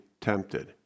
tempted